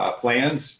plans